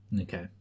Okay